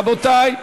רבותי,